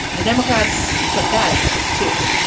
the democrats put that out to